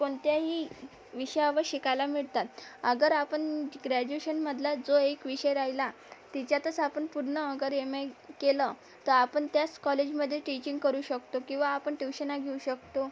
कोणत्याही विषयावर शिकायला मिळतात अगर आपण ग्रॅजुएशनमधला जो एक विषय राहिला तिच्यातच आपण पुढलं अगर एम ए केलं तर आपण त्याच कॉलेजमध्ये टिचिंग करू शकतो किंवा आपण ट्यूशनंही घेऊ शकतो